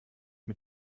mit